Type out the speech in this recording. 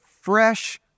fresh